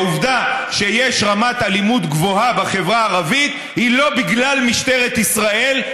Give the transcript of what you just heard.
העובדה שיש רמת אלימות גבוהה בחברה הערבית היא לא בגלל משטרת ישראל.